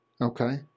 okay